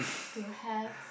to have